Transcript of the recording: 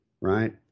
right